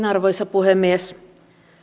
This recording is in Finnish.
arvoisa puhemies